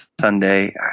Sunday